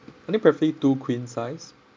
I think preferably two queen size